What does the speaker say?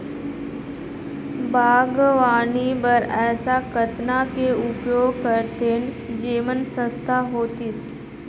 बागवानी बर ऐसा कतना के उपयोग करतेन जेमन सस्ता होतीस?